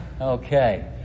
Okay